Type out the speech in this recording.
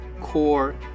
core